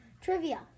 trivia